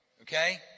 Okay